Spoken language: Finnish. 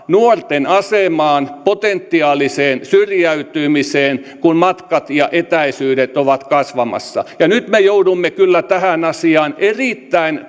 nuorten asemaan potentiaaliseen syrjäytymiseen kun matkat ja etäisyydet ovat kasvamassa nyt me joudumme kyllä tähän asiaan erittäin